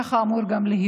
שכך גם אמור להיות.